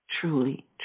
truly